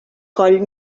coll